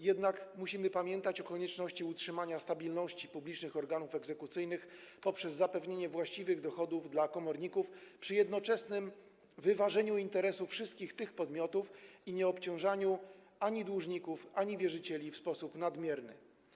Jednak musimy pamiętać o konieczności utrzymania stabilności funkcjonowania publicznych organów egzekucyjnych poprzez zapewnienie właściwych dochodów komornikom, przy jednoczesnym wyważeniu interesu wszystkich podmiotów i nieobciążaniu ani dłużników, ani wierzycieli w sposób nadmierny.